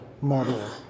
model